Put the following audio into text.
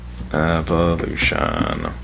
Evolution